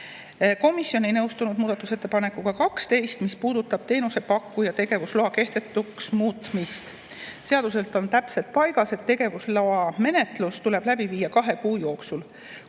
Komisjon ei nõustunud muudatusettepanekuga nr 12, mis puudutab teenusepakkuja tegevusloa kehtetuks muutmist. Seaduses on täpselt paigas, et tegevusloa menetlus tuleb läbi viia kahe kuu jooksul.